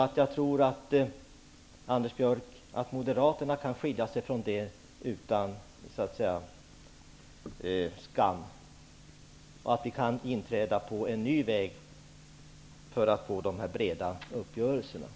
Anders Björck, jag tror att Moderaterna kan skilja sig från dessa utan att skämmas och att vi kan inträda på en ny väg för att nå de här breda uppgörelserna.